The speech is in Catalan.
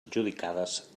adjudicades